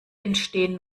entstehen